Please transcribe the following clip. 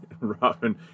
Robin